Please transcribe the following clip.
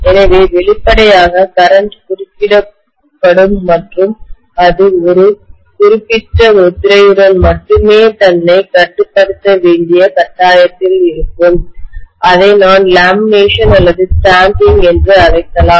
எனவே வெளிப்படையாக கரண்ட்மின்னோட்டம் குறுக்கிடப்படும் மற்றும் அது ஒரு குறிப்பிட்ட முத்திரையுடன் மட்டுமே தன்னைக் கட்டுப்படுத்த வேண்டிய கட்டாயத்தில் இருக்கும் இதை நான் லேமினேஷன் அல்லது ஸ்டாம்பிங் என்று அழைக்கலாம்